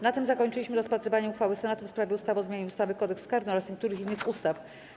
Na tym zakończyliśmy rozpatrywanie uchwały Senatu w sprawie ustawy o zmianie ustawy - Kodeks karny oraz niektórych innych ustaw.